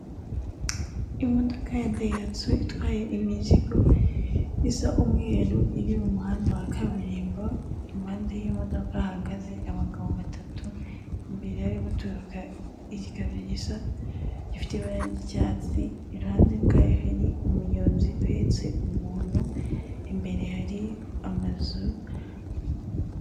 Ibicuruzwa bigizwe n'amata, amata akomeye kivuguto harimo ari mu makarito, ndetse nari mu bukopo busanzwe ari mu mabido ikivuto gisanzwe, ndetse nandi mata ikivuguto kiba kivanze n'imbuto.